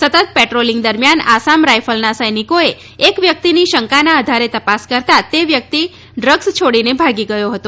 સતત પેટ્રોલીંગ દરમિયાન આસામ રાઈફલના સૈનિકોએ એક વ્યક્તિની શંકાને આધારે તપાસ કરતાં તે ડ્રગ્સ છોડીને ભાગી ગયો હતો